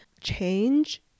change